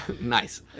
Nice